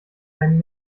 kein